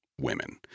women